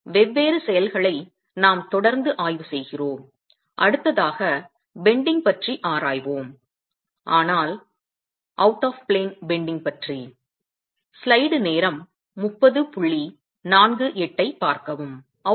வெவ்வேறு செயல்களை நாம் தொடர்ந்து ஆய்வு செய்கிறோம் அடுத்ததாக வளைப்பது பற்றி ஆராய்வோம் ஆனால் ப்ளேனுக்கு வெளியே வளைந்து போதல் பற்றி